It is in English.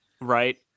Right